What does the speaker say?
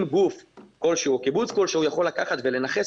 אם גוף כלשהו או קיבוץ כלשהו יכול לקחת ולנכס